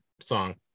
song